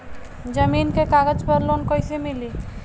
जमीन के कागज पर लोन कइसे मिली?